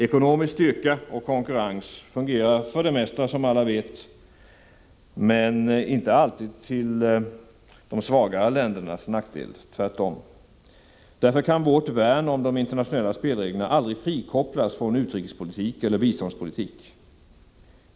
Ekonomisk styrka och konkurrens fungerar för det mesta, som alla vet, men inte alltid till de svagare ländernas nackdel. Därför kan vårt värn om de internationella spelreglerna aldrig frikopplas från utrikespolitiken eller biståndspolitiken.